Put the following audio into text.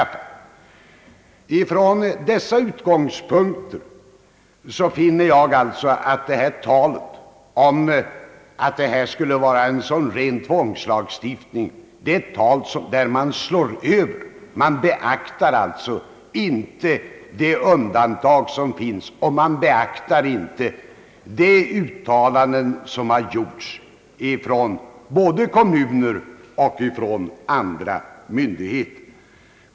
Från dessa utgångspunkter finner jag talet om att detta skulle vara en ren tvångslagstiftning vara ett tal som rätt mycket slår över. Man beaktar inte de undantag som finns och inte heller de uttalanden som gjorts såväl av kommuner som av olika myndigheter.